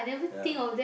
ya